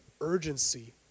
urgency